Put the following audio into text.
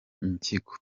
impyiko